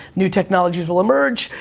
new technologies will emerge,